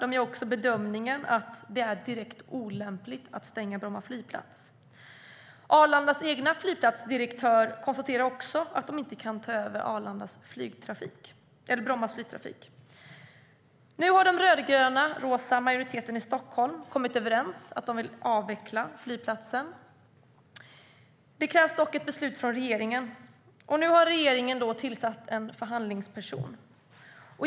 Man gör också bedömningen att det är direkt olämpligt att stänga Bromma flygplats. Även Arlandas egen flygplatsdirektör konstaterar att man inte kan ta över Bromma flygplats flygtrafik. Nu har den rödgrönrosa majoriteten i Stockholm kommit överens om att man vill avveckla Bromma flygplats. Det krävs dock ett beslut från regeringen, och regeringen har tillsatt en förhandlingsperson.